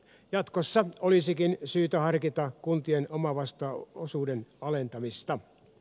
jatkossa olisikin syytä harkita kuntien omavastuuosuuden alentamista